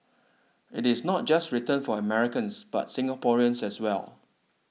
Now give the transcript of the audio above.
it is not just written for Americans but Singaporeans as well